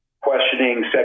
questioning